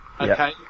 Okay